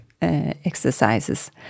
exercises